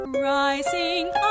Rising